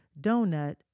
donut